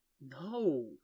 No